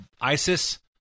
ISIS